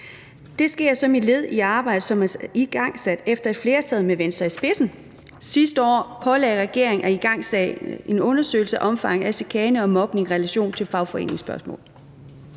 Det sker som led i et arbejde, som er igangsat, efter at et flertal med Venstre i spidsen sidste år pålagde regeringen at igangsætte en undersøgelse af omfanget af chikane og mobning i relation til fagforeningsspørgsmål.